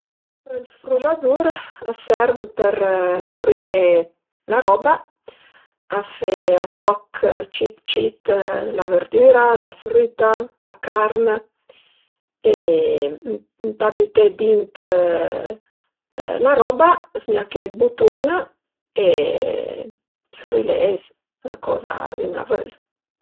Ël fruladur a serv për frülé la roba, a fe a toch cit cit la verdüra, la früta, la carn e ëntà büté dint la roba, zgnaché ël butun e frülé coza ün a völ